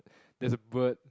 there's a bird